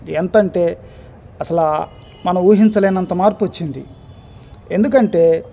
ఎంతంటే అసలా మనం ఊహించలేనంత మార్పు వచ్చింది ఎందుకంటే